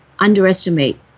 underestimate